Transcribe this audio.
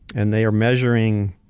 and they are measuring